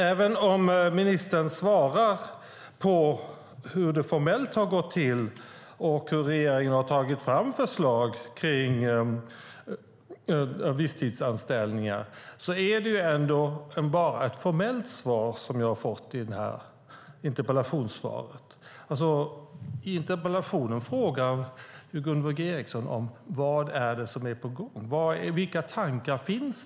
Även om ministern svarar på hur det formellt har gått till och hur regeringen har tagit fram förslag om visstidsanställningar är det bara ett formellt svar som jag har fått i interpellationssvaret. I interpellationen frågar Gunvor G Ericson om vad det är som är på gång. Vilka tankar finns?